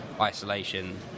isolation